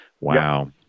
wow